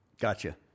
Gotcha